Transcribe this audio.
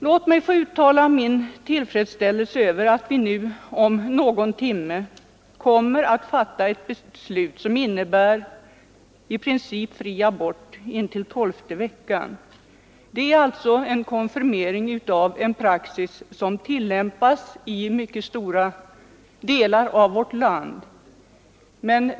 Låt mig få uttala min tillfredsställelse över att vi om någon timme kommer att fatta ett beslut som innebär i princip fri abort intill tolfte havandeskapsveckan. Det är en konfirmering av den praxis som tillämpas i mycket stora delar av vårt land.